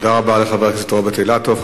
תודה רבה לחבר הכנסת רוברט אילטוב.